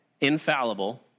infallible